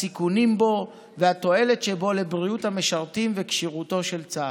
הסיכונים בו והתועלת שבו לבריאות המשרתים וכשירותו של צה"ל.